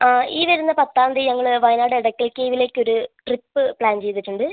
ആ ഈ വരുന്ന പത്താം തീയതി ഞങ്ങൾ വയനാട് എടയ്ക്കൽ കേവിലേക്കൊരു ട്രിപ്പ് പ്ലാൻ ചെയ്തിട്ടുണ്ട്